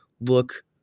look